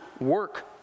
work